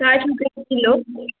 साठि रुपे किलो